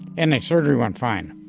and the surgery went fine.